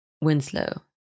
Winslow